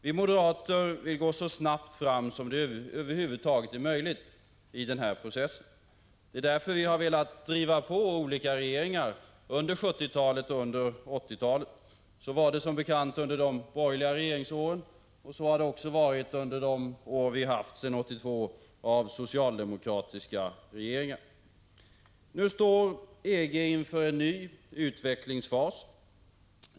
Vi moderater vill gå så snabbt fram som det över huvud taget är möjligt i denna process. Det är därför vi har velat driva på olika regeringar under 1970-talet och 1980-talet. Så var det som bekant under de borgerliga regeringsåren, och så har det också varit under de år som gått sedan 1982 med socialdemokratiska regeringar. Nu står EG inför en ny utvecklingsfas.